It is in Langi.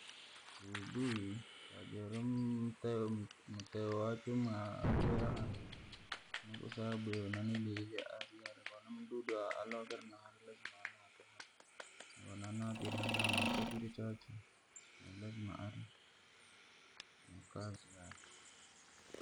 Buibui, najaura mteyo m- mtero wachwe mwe aboya hara, osaa aboye kono mdudu alokere nahara lazima anate koananatire hara no chakurya chachwe lazima arie, no kazi yachwe.